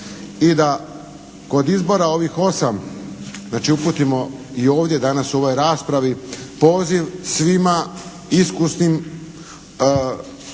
i da kod izbora ovih 8 znači uputimo i ovdje danas u ovoj raspravi svima iskusnim